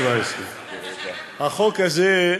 החוק הזה,